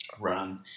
run